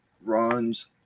runs